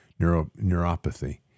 neuropathy